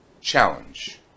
challenge